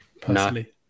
Personally